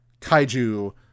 kaiju